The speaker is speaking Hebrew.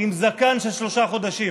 עם זקן של שלושה חודשים,